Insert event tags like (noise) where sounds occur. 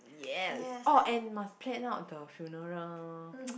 yes orh and then must plan out the funeral (noise)